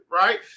right